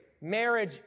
marriage